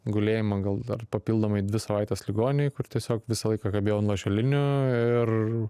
gulėjimą gal dar papildomai dvi savaites ligoninėj kur tiesiog visą laiką kabėjau ant lašelinių ir